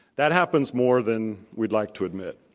that happens more than we'd like to admit.